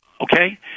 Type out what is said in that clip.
Okay